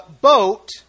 boat